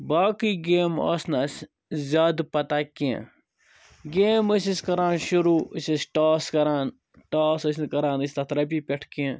باقٕے گیمہٕ آسہٕ نہٕ اسہِ زیادٕ پَتہ کیٚنٛہہ گیم ٲسۍ أسۍ کران شُروع أسۍ ٲسۍ ٹاس کَران ٹاس ٲسۍ نہٕ کران أسۍ تتھ رۄپیہ پیٚٹھ کینٛہہ